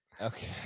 Okay